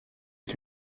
est